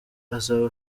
azaba